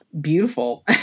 beautiful